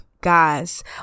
Guys